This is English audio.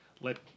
let